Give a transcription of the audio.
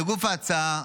לגוף ההצעה.